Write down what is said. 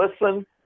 Listen